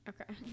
Okay